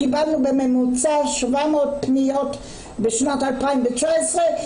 קיבלנו בממוצע 700 בשנת 2019,